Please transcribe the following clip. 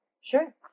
Sure